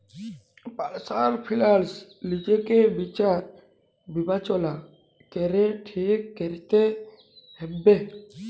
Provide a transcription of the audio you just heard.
personal finance লিজকে বিচার বিবচলা ক্যরে ঠিক ক্যরতে হুব্যে